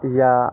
या